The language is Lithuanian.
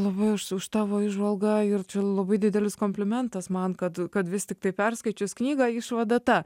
labai už už tavo įžvalgą ir čia labai didelis komplimentas man kad kad vis tiktai perskaičius knygą išvada ta